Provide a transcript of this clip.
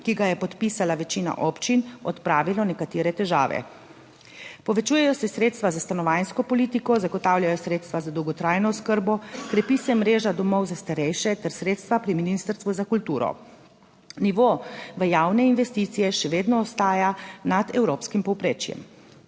(nadaljevanje) odpravile nekatere težave. Povečujejo se sredstva za stanovanjsko politiko, zagotavljajo sredstva za dolgotrajno oskrbo, krepi se mreža domov za starejše ter sredstva pri ministrstvu za kulturo. Nivo v javne investicije še vedno ostaja nad evropskim povprečjem.